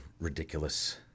ridiculous